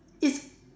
it's